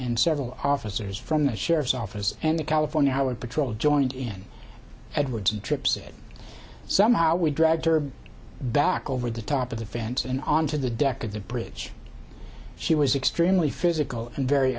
and several officers from the sheriff's office and the california highway patrol joined in edwards trips it somehow we dragged her back over the top of the fence and on to the deck of the bridge she was extremely physical and very